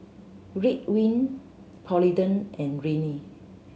Ridwind Polident and Rene